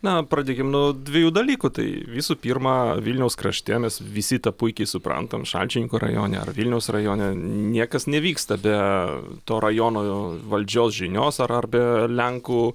na pradėkim nuo dviejų dalykų tai visų pirma vilniaus krašte mes visi tą puikiai suprantam šalčininkų rajone ar vilniaus rajone niekas nevyksta be to rajono valdžios žinios ar be lenkų